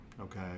okay